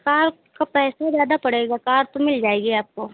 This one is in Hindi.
कार के पैसे ज़्यादा पड़ेंगे कार तो मिल जाएगी आपको